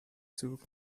zug